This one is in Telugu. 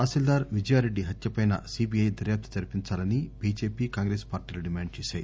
తహసీల్దార్ విజయారెడ్డి హత్యపై సీబీఐ దర్యాప్తు జరిపించాలని బీజేపీ కాంగ్రెస్ పార్టీలు డిమాండ్ చేశాయి